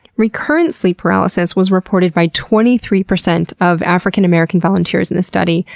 recurrent sleep paralysis was reported by twenty three percent of african-american volunteers in this study,